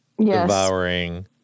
devouring